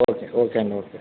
okay okay అండి okay